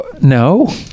No